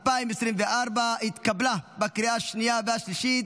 התקבלה בקריאה השנייה והשלישית,